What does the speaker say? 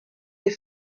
les